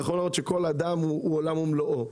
נכון שכל אדם הוא עולם ומלואו.